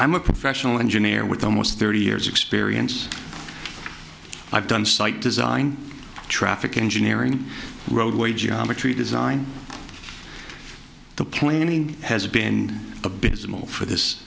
i'm a professional engineer with almost thirty years experience i've done site design traffic engineering roadway geometry design the planning has been abysmal for this